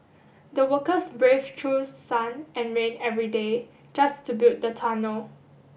the workers braved through sun and rain every day just to build the tunnel